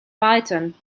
python